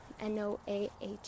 N-O-A-H